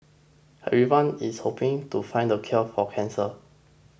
everyone's hoping to find the cure for cancer